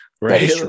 Right